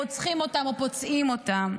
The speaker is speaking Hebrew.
רוצחים אותם או פוצעים אותם.